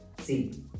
see